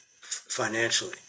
financially